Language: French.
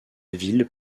ville